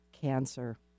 cancer